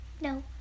No